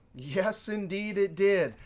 yes, indeed it did.